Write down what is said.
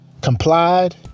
complied